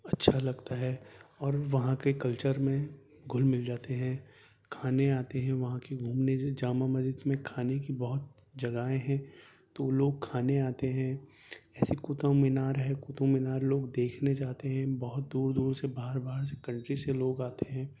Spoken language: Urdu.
اچھا لگتا ہے اور وہاں کے کلچر میں گھل مل جاتے ہیں کھانے آتے ہیں وہاں کی گھومنے جامع مسجد میں کھانے کی بہت جگہیں ہیں تو وہ لوگ کھانے آتے ہیں ایسے قطب مینار ہے قطب مینار لوگ دیکھنے جاتے ہیں بہت دور دور سے باہر باہر سے کنٹری سے لوگ آتے ہیں